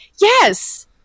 Yes